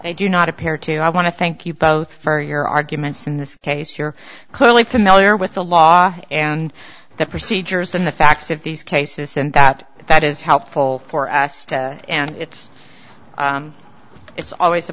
they do not appear to i want to thank you both for your arguments in this case you're clearly familiar with the law and the procedures and the facts of these cases and that that is helpful for us and it's it's always a